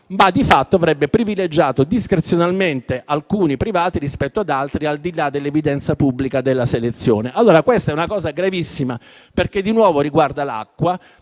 e di fatto avrebbe privilegiato discrezionalmente alcuni privati rispetto ad altri, al di là dell'evidenza pubblica della selezione, Questa è una cosa gravissima, perché di nuovo riguarda l'acqua,